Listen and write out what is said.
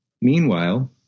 Meanwhile